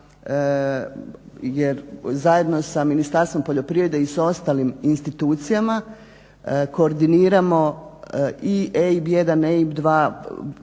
zajedno sa Ministarstvom poljoprivrede i sa ostalim institucijama. Koordiniramo i EIB 1, EIB 2,